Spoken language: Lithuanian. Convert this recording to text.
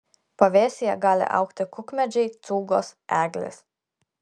pavėsyje gali augti kukmedžiai cūgos eglės